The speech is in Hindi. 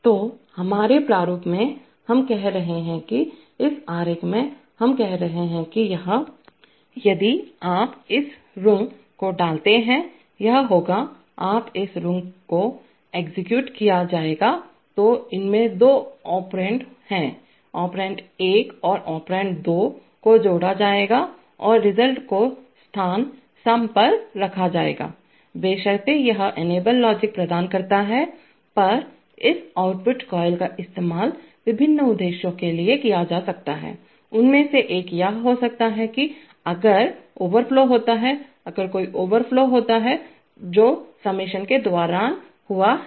तो हमारे प्रारूप में हम कह रहे हैं कि इस आरेख से हम कह रहे हैं कि यह यदि आप इस रग को डालते हैंयह होगा जब इस रग को एग्जीक्यूट किया जाएगा तो इसमें दो ऑपरेंड हैं ऑपरेंड एक और ऑपरेंड दो को जोड़ा जाएगा और रिजल्ट को स्थान सम पर रखा जाएगा बशर्ते यह इनेबल लॉजिक प्रदान करता है पर और इस आउटपुट कॉइल का इस्तेमाल विभिन्न उद्देश्यों के लिए किया जा सकता है उनमें से एक यह हो सकता है कि अगर ओवरफ्लो होता है अगर कोई ओवरफ्लो होता है जो सुम्मेशन के दौरान हुआ है